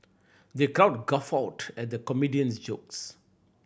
the crowd guffawed at the comedian's jokes